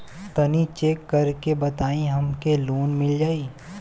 तनि चेक कर के बताई हम के लोन मिल जाई?